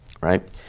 right